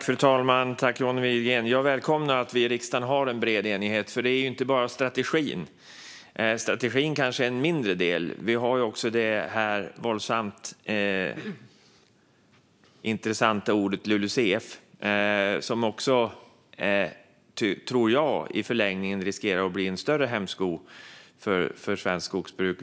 Fru talman! Jag välkomnar att vi i riksdagen har en bred enighet, men det handlar ju inte bara om strategin. Strategin kanske är en mindre del; vi har ju även det våldsamt intressanta begreppet LULUCF, som jag tror i förlängningen riskerar att bli en större hämsko för svenskt skogsbruk.